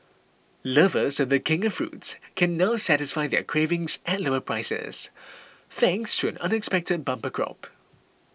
lovers of the king of fruits can now satisfy their cravings at lower prices thanks to an unexpected bumper crop